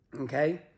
okay